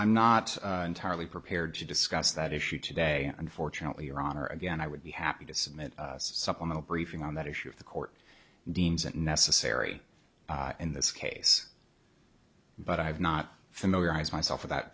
i'm not entirely prepared to discuss that issue today unfortunately your honor again i would be happy to submit supplemental briefing on that issue if the court deems it necessary in this case but i have not familiarize myself with that